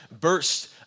burst